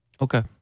okay